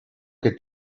que